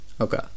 Okay